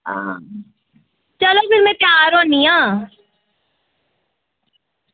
आं चलो फिर में त्यार होनी आं